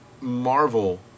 Marvel